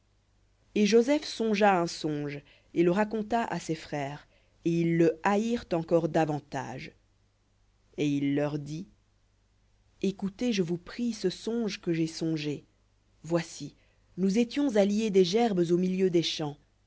et joseph songea un songe et le raconta à ses frères et ils le haïrent encore davantage et il leur dit écoutez je vous prie ce songe que j'ai songé voici nous étions à lier des gerbes au milieu des champs